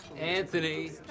Anthony